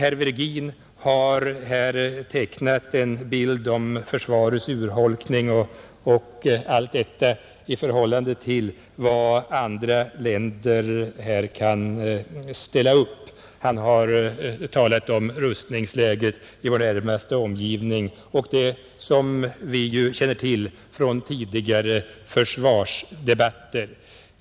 Herr Virgin har här tecknat en bild av försvarets urholkning osv. i förhållande till vad andra länder kan ställa upp. Han har talat om rustningsläget i vår närmaste omgivning och annat, som vi känner till från tidigare försvarsdebatter.